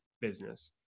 business